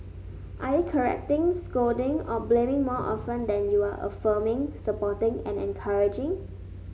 are you correcting scolding or blaming more often than you are affirming supporting and encouraging